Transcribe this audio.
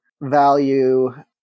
value